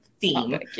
theme